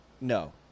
No